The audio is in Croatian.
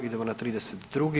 Idemo na 32.